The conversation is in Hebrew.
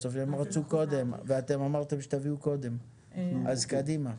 הם רצו קודם, ואתם אמרתם שתביאו קודם, אז קדימה.